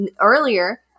earlier